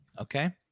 okay